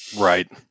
Right